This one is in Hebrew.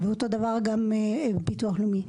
ואותו דבר גם לגבי ביטוח לאומי.